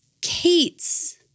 Kate's